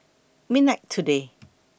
midnight today